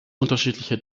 unterschiedliche